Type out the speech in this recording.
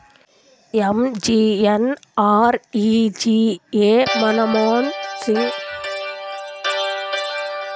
MGNREGA Manmohan Singh ಮತ್ತ ರಘುವಂಶ ಪ್ರಸಾದ್ ಸಿಂಗ್ ತಂದಾರ್